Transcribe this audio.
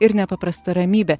ir nepaprasta ramybė